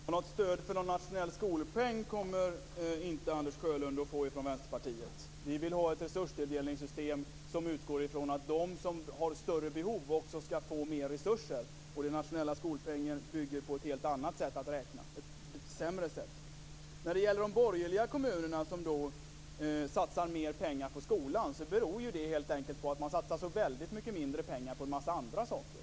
Fru talman! Något stöd för nationell skolpeng kommer Anders Sjölund inte att få från Vänsterpartiet. Vi vill ha ett resurstilldelningssystem som utgår från att de som har större behov också skall få mer resurser. Den nationella skolpengen bygger på ett sämre sätt att räkna. Sedan var det de borgerliga kommunerna som satsat mer pengar på skolan. Det beror helt enkelt på att de satsar så mycket mindre pengar på andra saker.